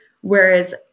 whereas